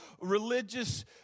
religious